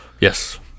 Yes